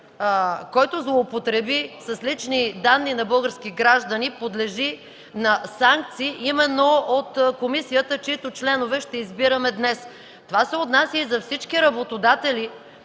който злоупотреби с лични данни на български граждани, подлежи на санкции именно от комисията, чиито членове ще избираме днес. Това се отнася и за всички работодатели,